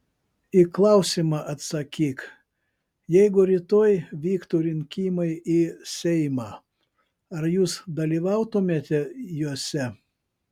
į klausimą atsakyk jeigu rytoj vyktų rinkimai į seimą ar jūs dalyvautumėte juose